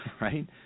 right